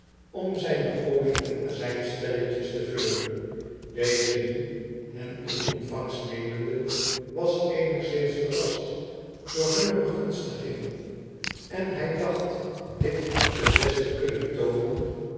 om zijne olie en azijnstelletjes te vullen deze nu hen in ontvangst nemende was eenigszins verrast door hunne begunstiging en hij dacht dit t best te kunnen toonen